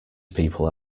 people